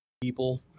people